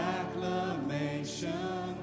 acclamation